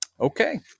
Okay